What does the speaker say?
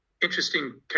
Interesting